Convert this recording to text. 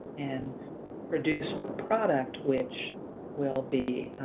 and produce a product which will be